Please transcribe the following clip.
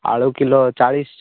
ଆଳୁ କିଲୋ ଚାଳିଶ